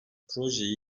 projeyi